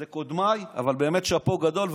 אלה קודמיי, אבל שאפו גדול.